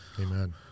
Amen